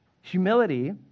Humility